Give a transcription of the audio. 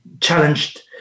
challenged